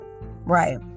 right